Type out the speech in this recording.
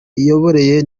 imiyoborere